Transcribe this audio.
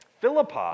Philippi